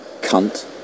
Cunt